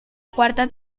cuarta